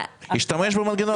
הוא ישתמש במנגנון הזה.